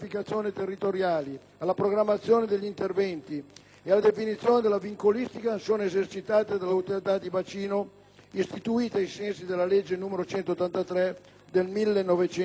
alla programmazione degli interventi e alla definizione della vincolistica sono esercitate dall'autorità di bacino del Po, istituita ai sensi della legge n. 183 del 1989.